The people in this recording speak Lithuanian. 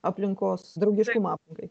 aplinkos draugiškumą aplinkai